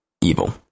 evil